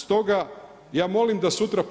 Stoga, ja molim da sutra,